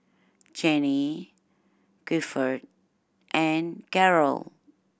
Jenny Guilford and Garold